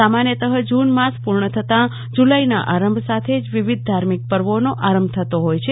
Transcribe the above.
સામાન્યત June માસ પુર્ણ થતાં જુલાઈનો આરંભ સાથે જ વિવિધ ધાર્મિક પર્વોનો આરંભ થતો હોય છે